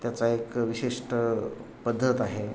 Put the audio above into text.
त्याचा एक विशिष्ट पद्धत आहे